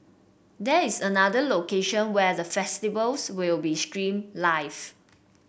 there is another location where the festivities will be streamed live